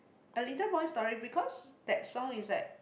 a little boy's story because that song is like